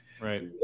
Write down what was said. right